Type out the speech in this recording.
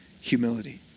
humility